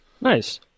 Nice